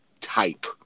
type